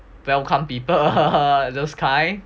welcome people those kind